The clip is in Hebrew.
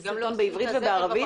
גם בעברית וגם בערבית.